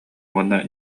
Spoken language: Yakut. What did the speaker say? уонна